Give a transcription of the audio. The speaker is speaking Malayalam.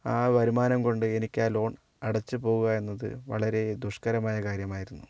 ആ വരുമാനംകൊണ്ട് എനിക്ക് ആ ലോൺ അടച്ചു പോവുക എന്നത് വളരെ ദുഷ്ക്കരമായ കാര്യമായിരുന്നു